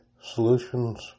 solutions